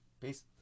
peace